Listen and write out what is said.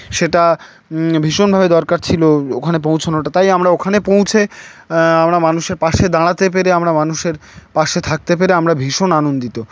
সেটা ভীষণভাবে দরকার ছিলো ওখানে পৌঁছানোটা তাই আমরা ওখানে পৌঁছে আমরা মানুষের পাশে দাঁড়াতে পেরে আমরা মানুষের পাশে থাকতে পেরে আমরা ভীষণ আনন্দিত